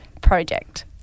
project